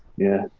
yeah,